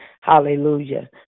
Hallelujah